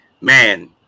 man